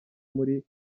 muri